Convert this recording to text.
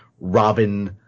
Robin